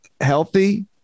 healthy